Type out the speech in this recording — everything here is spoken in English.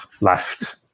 left